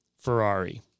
Ferrari